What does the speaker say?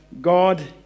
god